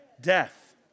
Death